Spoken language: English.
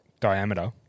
Diameter